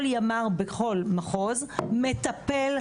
כל ימ"ר בכל מחוז מטפל.